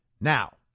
Now